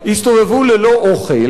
לא נסכים שאנשים יסתובבו ללא אוכל,